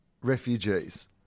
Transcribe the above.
refugees